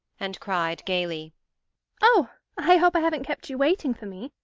and cried gaily oh, i hope i haven't kept you waiting for me.